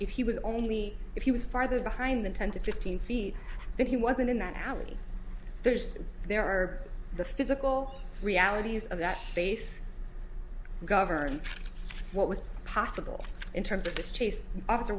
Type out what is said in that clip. if he was only if he was farther behind than ten to fifteen feet that he wasn't in that alley there's there are the physical realities of that face govern what was possible in terms of this chase after